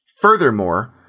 Furthermore